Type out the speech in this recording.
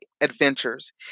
adventures